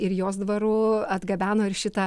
ir jos dvaru atgabeno ir šitą